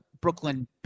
Brooklyn